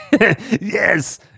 yes